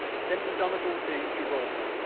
sent the donegal to gibraltar,